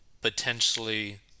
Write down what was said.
potentially